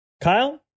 kyle